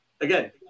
again—